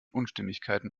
unstimmigkeiten